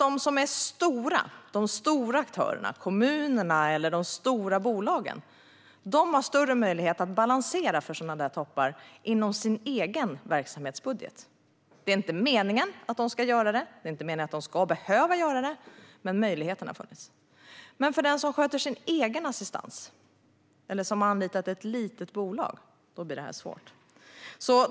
De stora aktörerna - kommunerna eller de stora bolagen - har större möjlighet att balansera för sådana toppar inom sin egen verksamhetsbudget. Det är inte meningen att de ska behöva göra det, men möjligheten har funnits. För den som sköter sin egen assistans eller har anlitat ett litet bolag blir detta dock svårt.